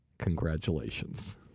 congratulations